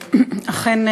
אכן,